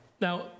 Now